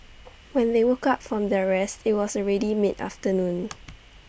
when they woke up from their rest IT was already mid afternoon